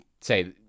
say